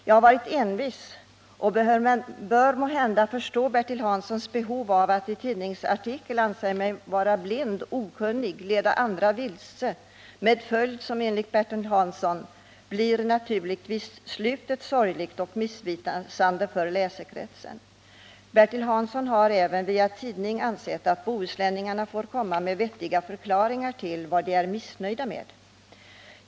Jag har varit envis och bör måhända förstå Bertil Hanssons behov av att ien tidningsartikel skriva att han anser mig vara blind och okunnig och att jag leder andra vilse, varvid enligt Bertil Hansson slutet naturligtvis blir ”sorgligt och missvisande för läsekretsen”. Bertil Hansson har även via tidning uttalat att ”bohuslänningarna får komma med vettiga förklaringar till vad de är missnöjda med”.